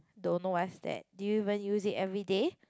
don't know what's that do you even use it everyday